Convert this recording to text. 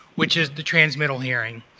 which is the transmittal hearing.